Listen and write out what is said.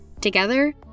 Together